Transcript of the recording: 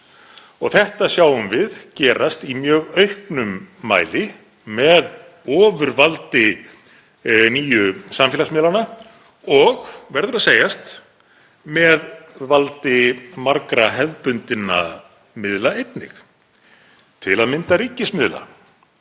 Þetta sjáum við gerast í mjög auknum mæli með ofurvaldi nýju samfélagsmiðlanna og verður að segjast með valdi margra hefðbundinna miðla einnig, til að mynda ríkismiðla